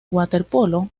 waterpolo